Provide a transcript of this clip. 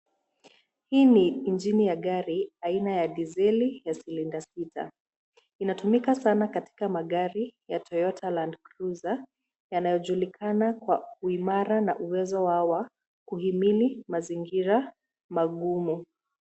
Hii ni injini ya gari aina ya diseli cylinder sita. Inatumika sana katika magari ya Toyota landcruiser yanayojulikana kwa uimara na uwezo wao wa kuhimili mazingira magumu.